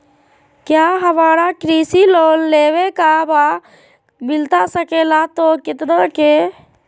क्या हमारा कृषि लोन लेवे का बा मिलता सके ला तो कितना के?